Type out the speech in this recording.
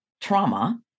Trauma